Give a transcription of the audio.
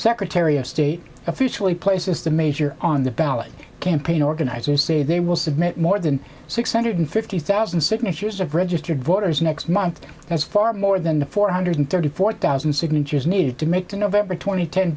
secretary of state officially places the major on the ballot campaign organizers say they will submit more than six hundred fifty thousand signatures of registered voters next month that's far more than the four hundred thirty four thousand signatures needed to make the november tw